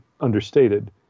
understated